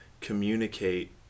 communicate